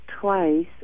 twice